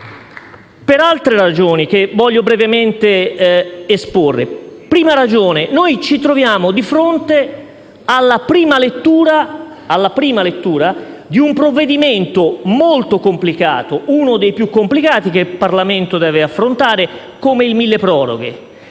per altre ragioni che voglio brevemente esporre. La prima che è ci troviamo di fronte alla prima lettura di un provvedimento molto complicato, uno dei più complicati che il Parlamento deve affrontare, come il milleproroghe.